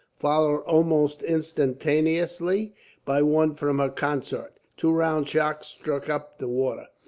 followed almost instantaneously by one from her consort. two round shot struck up the water,